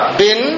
bin